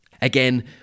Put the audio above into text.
Again